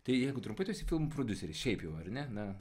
tai jeigu trumpai tu esi filmų prodiuseris šiaip jau ar ne na